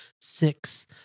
six